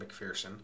McPherson